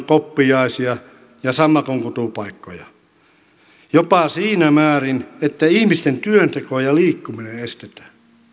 koppiaisia ja sammakonkutupaikkoja jopa siinä määrin että ihmisten työnteko ja liikkuminen estetään